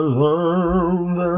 love